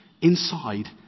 inside